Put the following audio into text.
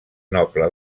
noble